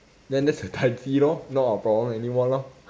then that's her tai ji lor not our problem anymore lor